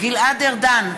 גלעד ארדן,